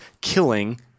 killing